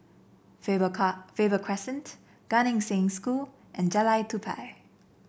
Faber Car Faber Crescent Gan Eng Seng School and Jalan Tupai